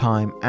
Time